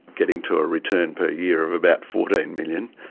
getting to a return per year of about fourteen million.